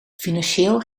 financieel